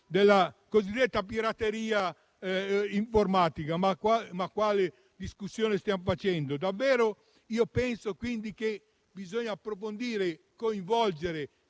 la cosiddetta pirateria informatica. Ma quale discussione stiamo facendo? Penso invece che bisogna approfondire, coinvolgere